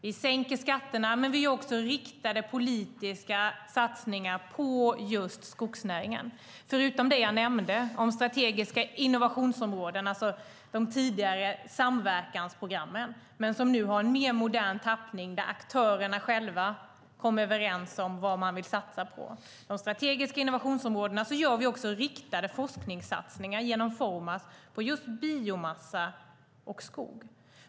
Vi sänker skatterna, men vi gör också riktade politiska satsningar på just skogsnäringen. Jag nämnde de strategiska innovationsområdena, som är en modernare tappning av de tidigare samverkansprogrammen där aktörerna själva kommer överens om vad de vill satsa på. Vi gör också riktade forskningssatsningar genom Formas på just biomassa och skog.